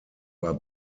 war